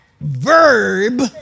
verb